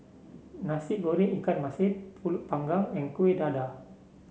Nasi Goreng Ikan Masin pulut Panggang and Kueh Dadar